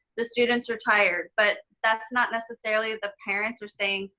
the students are tired, but that's not necessarily the parents are saying.